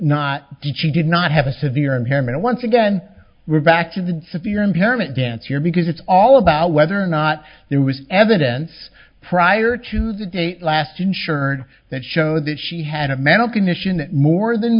not did she did not have a severe impairment once again we're back to the severe impairment dance here because it's all about whether or not there was evidence prior to the date last insurer that showed that she had mental condition that more than